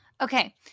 Okay